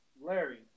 Larry